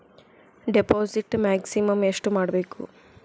Deposit maximum ಎಷ್ಟು ಮಾಡಬೇಕು?